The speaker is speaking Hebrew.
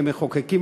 כמחוקקים,